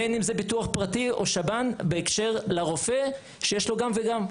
בין אם זה ביטוח פרטי או שב"ן בהקשר לרופא שיש לו גם וגם.